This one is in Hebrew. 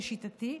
לשיטתי,